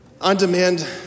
on-demand